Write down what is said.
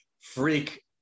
freak